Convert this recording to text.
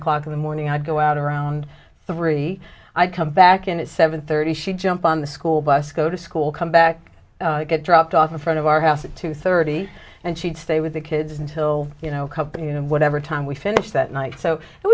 o'clock in the morning i'd go out around three i'd come back and at seven thirty she'd jump on the school bus go to school come back get dropped off in front of our house at two thirty and she'd stay with the kids until you know company you know whatever time we finish that night so